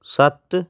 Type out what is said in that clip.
ਸੱਤ